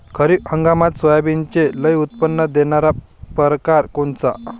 खरीप हंगामात सोयाबीनचे लई उत्पन्न देणारा परकार कोनचा?